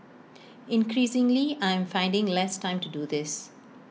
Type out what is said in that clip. increasingly I am finding less time to do this